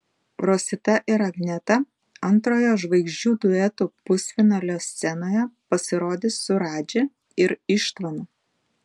rosita ir agneta antrojo žvaigždžių duetų pusfinalio scenoje pasirodys su radži ir ištvanu